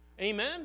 Amen